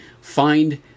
find